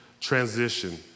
transition